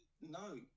no